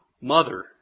mother